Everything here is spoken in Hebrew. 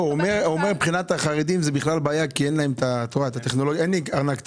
הוא מתכוון שמבחינת החרדים אין בעיה כי אין להם ארנק דיגיטלי.